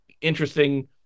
interesting